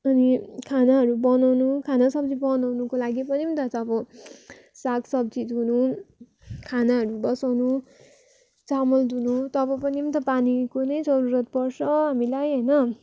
अनि खानाहरू बनाउनु खाना सब्जी बनाउनुको लागि पनि त अब साग सब्जी धुनु खानाहरू बसाउनु चामल धुनु तब पनि त पानीको नै जरुरत पर्छ हामीलाई होइन